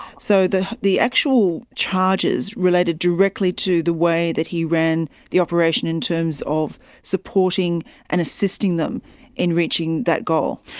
so the the actual charges related directly to the way that he ran the operation in terms of supporting and assisting them in reaching that goal.